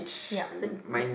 plate